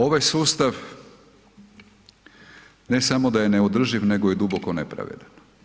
Ovaj sustav ne samo da je neodrživ nego je i duboko nepravedan.